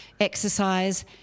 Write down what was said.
exercise